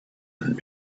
and